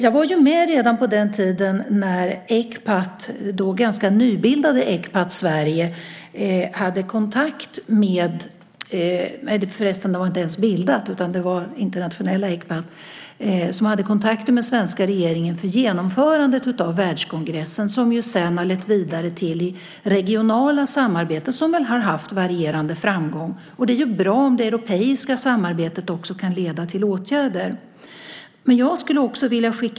Jag var ju med redan på den tiden då internationella Ecpat - Ecpat Sverige var ännu inte bildat - hade kontakter med den svenska regeringen för genomförandet av världskongressen. Det har sedan lett vidare till regionalt samarbete med varierande framgång. Det är bra om det europeiska samarbetet kan leda till åtgärder.